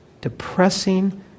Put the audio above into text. depressing